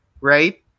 right